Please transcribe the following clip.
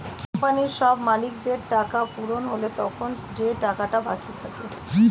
কোম্পানির সব মালিকদের টাকা পূরণ হলে তখন যে টাকাটা বাকি থাকে